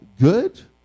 good